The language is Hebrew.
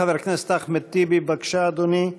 חבר הכנסת אחמד טיבי, בבקשה, אדוני.